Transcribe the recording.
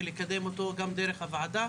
ולקדם אותו גם דרך הוועדה.